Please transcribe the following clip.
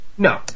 No